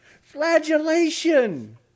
Flagellation